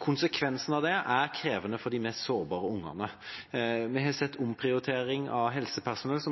Konsekvensen av det er krevende for de mest sårbare ungene. Vi har sett omprioritering av helsepersonell – de